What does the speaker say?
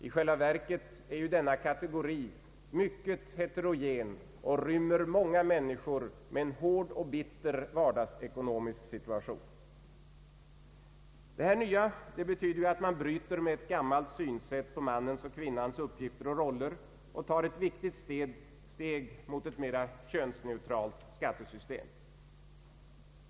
I själva verket är ju denna kategori mycket heterogen och rymmer många människor med en hård och bitter vardagsekonomisk situation. Det nya i skatteförslaget betyder att man bryter med ett gammalt synsätt om mannens och kvinnans uppgifter och roller och tar ett viktigt steg för ett mera könsneutralt skattesystem.